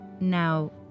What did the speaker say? Now